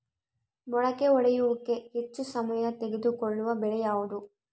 ಮೊಳಕೆ ಒಡೆಯುವಿಕೆಗೆ ಹೆಚ್ಚು ಸಮಯ ತೆಗೆದುಕೊಳ್ಳುವ ಬೆಳೆ ಯಾವುದು?